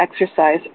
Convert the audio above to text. exercise